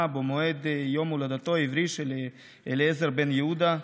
במועד יום הולדתו העברי של אליעזר בן-יהודה,